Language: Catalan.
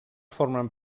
formen